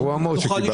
גרוע מאוד שקיבלת.